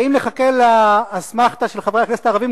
הרי אם נחכה לאסמכתה של חברי הכנסת הערבים,